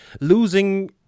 losing